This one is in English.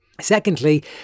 Secondly